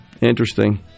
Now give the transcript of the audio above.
Interesting